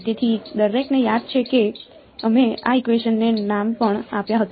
તેથી દરેકને યાદ છે કે અમે આ ઇકવેશન ને નામ પણ આપ્યાં હતાં